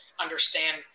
understand